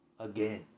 Again